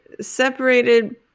separated